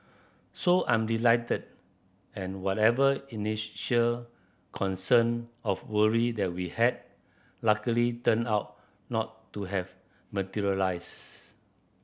so I'm delighted and whatever initial concern of worry that we had luckily turned out not to have materialise